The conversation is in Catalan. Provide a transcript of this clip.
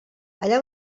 allà